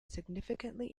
significantly